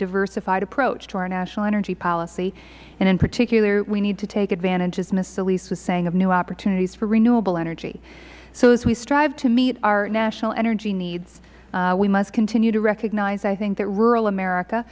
diversified approach to our national energy policy and in particular we need to take advantage as ms solis is saying of new opportunities for renewable energy so as we strive to meet our national energy needs we must continue to recognize i think that rural america